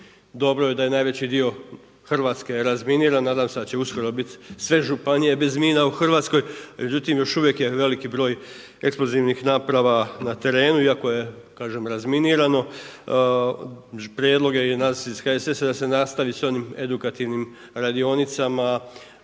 Dobro je da je najveći dio Hrvatske razminiran. Nadam se da će uskoro biti sve županije bez mina u Hrvatskoj. Međutim još uvijek je veliki broj eksplozivnih naprava na terenu, iako je kažem razminirano. Prijedlog je i nas iz HSS-a da se nastavi sa onim edukativnim radionicama